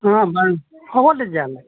অঁ বাৰু হ'ব তেতিয়াহ'লে